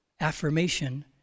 affirmation